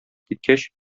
киткәч